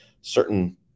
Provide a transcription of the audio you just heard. certain